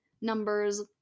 numbers